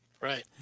Right